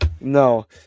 No